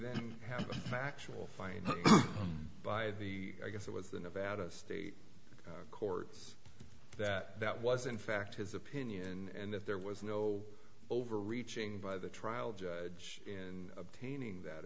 then had factual fine by the i guess it was the nevada state courts that that was in fact his opinion and that there was no overreaching by the trial judge in obtaining that